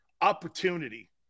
Opportunity